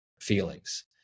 feelings